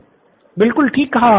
student Nithin बिलकुल ठीक कहा आपने